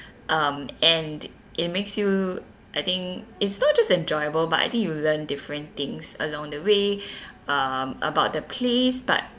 um and it makes you I think it's not just enjoyable but I think you learn different things along the way um about the place but